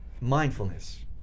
mindfulness